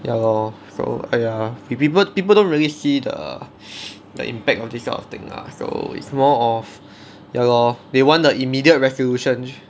ya lor !aiya! people people don't really see the the impact of this kind of thing lah so it's more of ya lor they want the immediate resolution